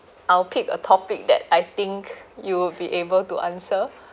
I'll pick a topic that I think you will be able to answer